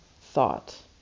thought